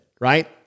right